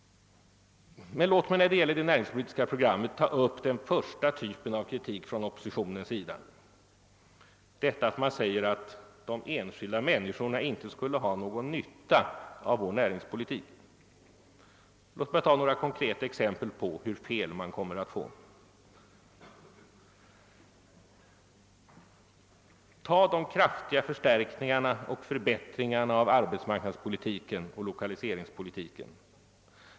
Låt mig ta upp den första typen av kritik från oppositionens sida mot vårt näringspolitiska program. Man påstår att de enskilda människorna inte skulle ha någon nytta av vår näringspolitik. Jag vill nämna några konkreta exempel på hur fel man kommer att få. Jag tar först upp de kraftiga förstärkningarna och förbättringarna av arbetsmarknadspolitiken och = lokaliseringspolitiken.